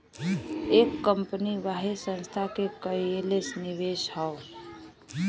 एक कंपनी वाहे संस्था के कएल निवेश हौ